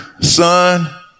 son